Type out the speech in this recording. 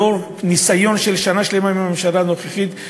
לאור ניסיון של שנה שלמה עם הממשלה הנוכחית,